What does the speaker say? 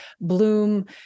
bloom